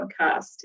podcast